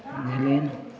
बुझलिए ने